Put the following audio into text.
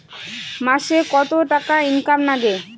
মাসে কত টাকা ইনকাম নাগে?